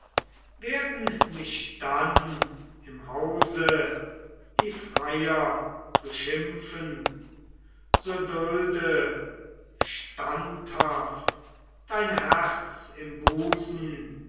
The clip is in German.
werden mich dann im hause die freier beschimpfen so dulde standhaft dein herz im busen